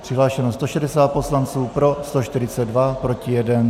Přihlášeno 160 poslanců, pro 142, proti 1.